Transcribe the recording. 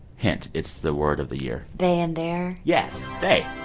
hint, it's the word of the year they and their yes they.